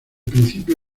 principio